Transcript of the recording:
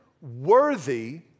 worthy